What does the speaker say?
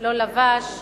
לא לבש,